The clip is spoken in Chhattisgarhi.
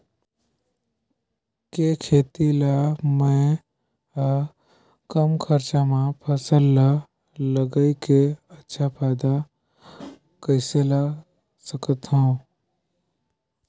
के खेती ला मै ह कम खरचा मा फसल ला लगई के अच्छा फायदा कइसे ला सकथव?